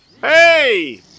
Hey